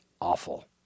awful